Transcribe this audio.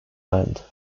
land